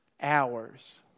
hours